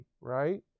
right